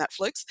Netflix